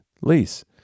lease